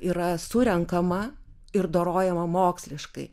yra surenkama ir dorojama moksliškai